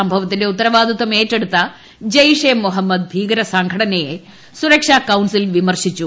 സംഭവത്തിന്റെ ഉത്തരപ്പാദിത്തം ഏറ്റെടുത്ത ജെയ്ഷെ മുഹമ്മദ് ഭീകരസംഘടനുയെ സുരക്ഷാ കൌൺസിൽ വിമർശിച്ചു